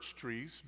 trees